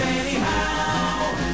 anyhow